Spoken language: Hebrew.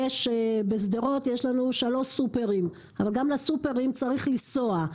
בשדרות יש לנו שלושה סופרים אבל גם לסופרים צריך לנסוע.